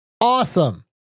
Awesome